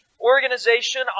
organization